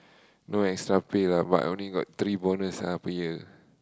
no extra pay lah but I only got three bonus ah per year